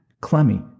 Clemmy